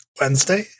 Wednesday